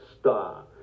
star